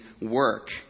work